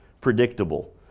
predictable